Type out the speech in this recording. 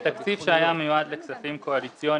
זה תקציב שהיה מיועד לכספים קואליציוניים,